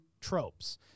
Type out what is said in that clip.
tropes